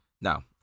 Now